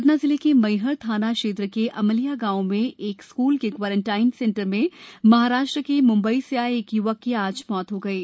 सतना जिले के मैहर थाना क्षेत्र के अमिलिया गांव में एक स्कूल के क्वॉरेंटाइन सेंटर में महाराष्ट्र के मुंबई से आए एक य्वक की आज मौत हो गयी